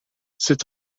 c’est